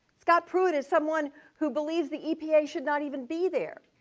scott pruitt is someone who believes the epa should not even be there.